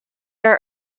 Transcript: are